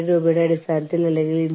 ഡാറ്റയുടെ സ്വകാര്യതയും സംരക്ഷണവും